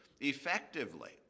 effectively